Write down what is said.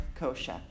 Kosha